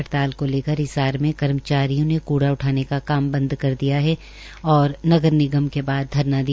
हड़ताल को लेकर हिसार में कर्मचारियों ने कूड़ा उठाने का काम बंद कर दिया और नगर निगम के बाहर धरना दिया